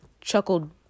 chuckled